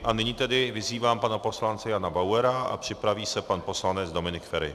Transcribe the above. A nyní tedy vyzývám pana poslance Jana Bauera a připraví se pan poslanec Dominik Feri.